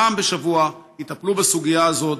פעם בשבוע יטפלו בסוגיה הזאת,